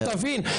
שתבין.